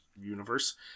universe